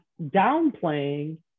downplaying